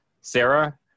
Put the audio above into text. Sarah